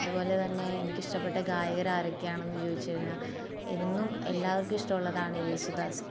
അതുപോലെ തന്നെ എനിക്കിഷ്ടപ്പെട്ട ഗായകർ ആരൊക്കെയാണെന്ന് ചോദിച്ചു കഴിഞ്ഞാൽ എന്നും എല്ലാവർക്കും ഇഷ്ടമുള്ളതാണ് യേശുദാസ്